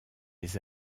des